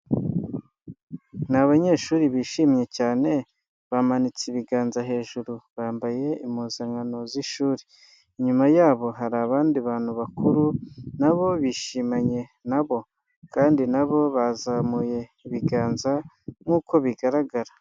Ni abanyeshuri bishimye cyane, bamanitse ibiganza hejuru. Bambaye impuzankano z'ishuri. Inyuma yabo hari abandi bantu bakuru na bo bishimanye na bo. Kandi na bo bazamuye ibiganza nk'uko bigaragara.